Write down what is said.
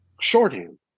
Shorthand